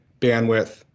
bandwidth